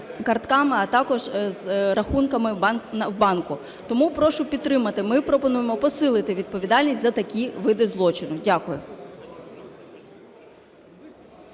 картками, а також з рахунками в банку. Тому прошу підтримати. Ми пропонуємо посилити відповідальність за такі види злочину. Дякую.